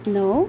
no